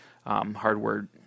Hardware